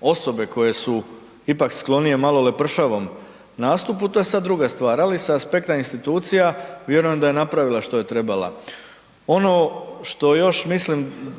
osobe koje su ipak sklonije malo lepršavom nastupu to je sad druga stvar ali sa aspekta institucija vjerujem da je napravila što je trebala. Ono što još mislim